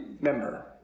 member